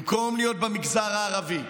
במקום להיות במגזר הערבי,